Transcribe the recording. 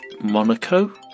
Monaco